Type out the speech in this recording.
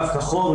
על קרקע חול,